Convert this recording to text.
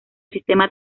sistema